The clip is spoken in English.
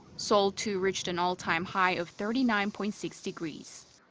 seoul too reached an all-time high of thirty nine point six degrees.